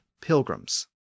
pilgrims